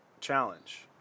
challenge